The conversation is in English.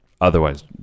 otherwise